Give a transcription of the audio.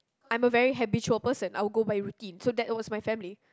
I'm a very habitual person I will go by routine so that was my family